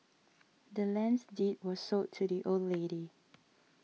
the land's deed was sold to the old lady